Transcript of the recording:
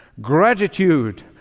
gratitude